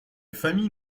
famille